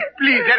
please